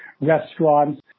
restaurants